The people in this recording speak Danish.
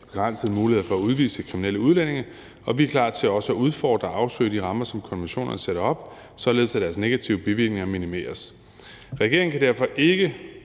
begrænsede muligheder for at udvise kriminelle udlændinge – og vi er klar til også at udfordre og afsøge de rammer, som konventionerne sætter op, således at deres negative bivirkninger minimeres. Regeringen kan derfor ikke